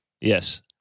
Yes